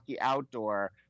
Outdoor